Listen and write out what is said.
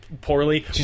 poorly